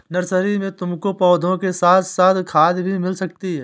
nursery में तुमको पौधों के साथ साथ खाद भी मिल सकती है